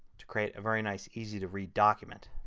to create a very nice, easy to read document.